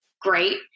great